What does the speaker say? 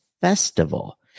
festival